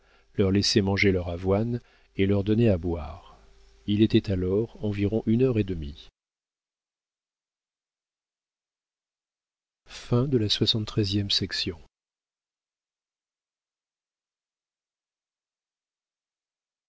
leur laisser manger leur avoine et leur donner à boire il était alors environ une heure et demie